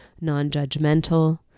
non-judgmental